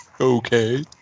Okay